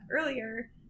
earlier